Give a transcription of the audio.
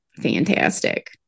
Fantastic